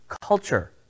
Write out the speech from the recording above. culture